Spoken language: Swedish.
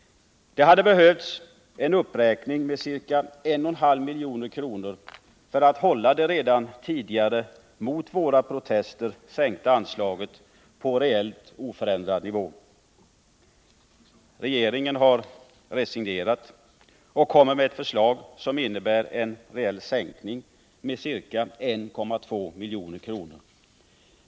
Det hade behövts en uppräkning med ca 1,5 milj.kr. för att hålla det redan tidigare mot våra protester sänkta anslaget på en reellt oförändrad nivå. Regeringen har resignerat och kommer med ett förslag som innebär en reell minskning med ca 1,2 milj.kr.